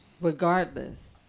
regardless